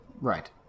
Right